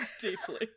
deeply